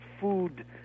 food